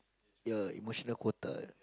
your emotional quota